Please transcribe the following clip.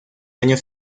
año